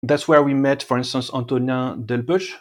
That's where we met, for instance, Antonin Delboche.